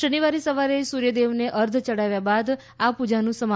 શનિવારે સવારે સૂર્યદેવને અર્ધ ચઢાવ્યા બાદ આ પૂજાનું સમાપન થશે